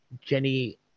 Jenny